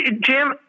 Jim